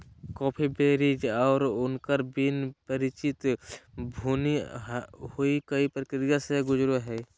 coffee berries और उनकर बीज परिचित भुनी हुई कई प्रक्रिया से गुजरो हइ